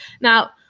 Now